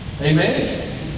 Amen